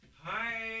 hi